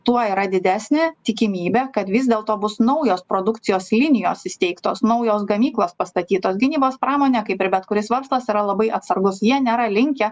tuo yra didesnė tikimybė kad vis dėlto bus naujos produkcijos linijos įsteigtos naujos gamyklos pastatytos gynybos pramonė kaip ir bet kuris verslas yra labai atsargus jie nėra linkę